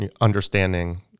understanding